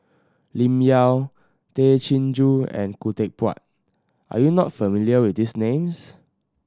Lim Yau Tay Chin Joo and Khoo Teck Puat are you not familiar with these names